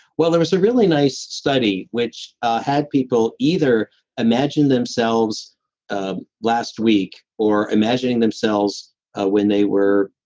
well there was a really nice study which had people either imagine themselves ah last week or imagining themselves ah when they were,